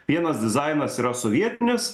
vienas dizainas yra sovietinis